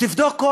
תבדוק את